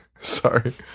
Sorry